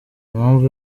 impamvu